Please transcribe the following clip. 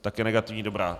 Také negativní, dobrá.